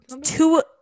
two